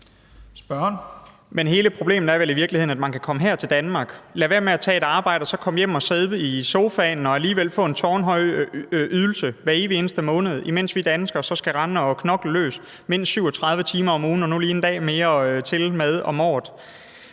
Men hele problemet er vel i virkeligheden, at man kan komme her til Danmark, lade være med at tage et arbejde og så komme hjem og sidde i sofaen og alligevel få en tårnhøj ydelse hver evige eneste måned, imens vi danskere så skal rende og knokle løs mindst 37 timer om ugen og tilmed nu lige en dag mere om året.